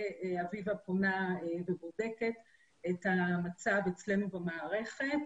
אביבה פונה ובודקת את המצב אצלנו במערכת.